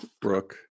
Brooke